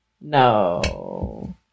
No